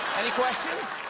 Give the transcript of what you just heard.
any questions?